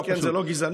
לא.